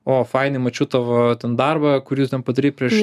o faini mačiau tavo ten darbą kuris ten padarei prieš